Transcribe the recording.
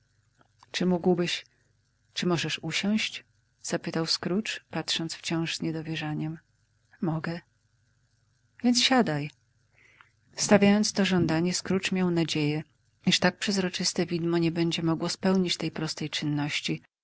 czy mógłbyś czy możesz usiąść zapytał scrooge patrząc wciąż z niedowierzaniem mogę więc siadaj stawiając to żądanie scrooge miał nadzieję iż tak przezroczyste widmo nie będzie mogło spełnić tej prostej czynności